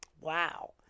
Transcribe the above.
Wow